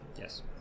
Yes